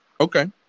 Okay